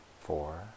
four